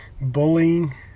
Bullying